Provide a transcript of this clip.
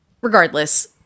regardless